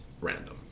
random